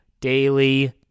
daily